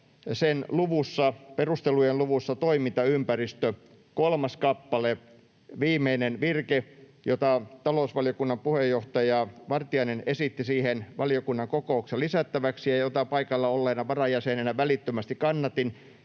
perustelujen luvun Toimintaympäristö kolmannen kappaleen viimeinen virke, jota talousvaliokunnan puheenjohtaja Vartiainen esitti siihen valiokunnan kokouksessa lisättäväksi ja jota paikalla olleena varajäsenenä välittömästi kannatin